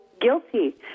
guilty